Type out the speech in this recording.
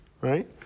right